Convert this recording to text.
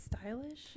stylish